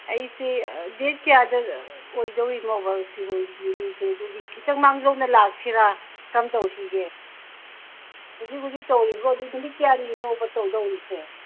ꯑꯩꯁꯤ ꯗꯦꯠ ꯀꯌꯥꯗ ꯑꯣꯏꯗꯣꯔꯤꯅꯣꯕ ꯁꯤꯔꯣꯏ ꯂꯤꯂꯤꯁꯦ ꯑꯗꯨꯗꯤ ꯈꯤꯇꯪ ꯃꯥꯡꯖꯧꯅꯅ ꯂꯥꯛꯁꯤꯔ ꯀꯔꯝꯇꯧꯁꯤꯒꯦ ꯍꯧꯖꯤꯛ ꯍꯧꯖꯤꯛ ꯇꯧꯔꯤꯕ꯭ꯔꯣ ꯑꯗꯨ ꯅꯨꯃꯤꯠ ꯀꯌꯥꯅꯤꯅꯣꯕ ꯇꯧꯗꯧꯔꯤꯁꯦ